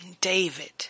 David